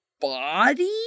body